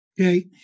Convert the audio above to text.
okay